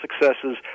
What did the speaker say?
successes